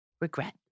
Regret